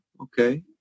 okay